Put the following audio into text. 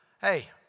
hey